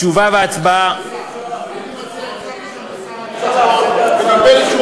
תשובה והצבעה, סגן השר,